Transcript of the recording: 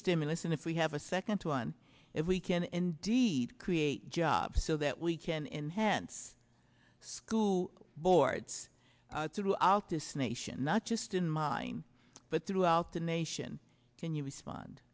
stimulus and if we have a second one if we can indeed create jobs so that we can enhance school boards throughout this nation not just in mine but throughout the nation can you respond